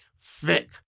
thick